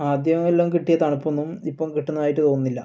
ആദ്യമെല്ലാം കിട്ടിയ തണുപ്പൊന്നും ഇപ്പം കിട്ടുന്നതായിട്ട് തോന്നുന്നില്ല